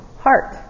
heart